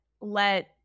let